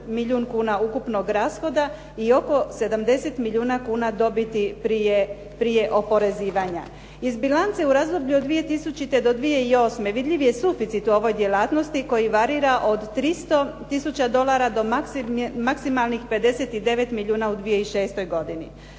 milijun kuna ukupnog rashoda i oko 70 milijuna kuna dobiti prije oporezivanja. Iz bilance u razdoblju od 2000. do 2008. vidljiv je suficit u ovoj djelatnosti koji varira od 300 000 dolara do maksimalnih 59 milijuna u 2006. godini.